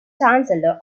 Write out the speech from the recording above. chancellor